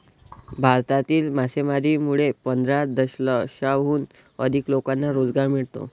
भारतातील मासेमारीमुळे पंधरा दशलक्षाहून अधिक लोकांना रोजगार मिळतो